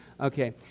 Okay